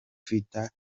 twita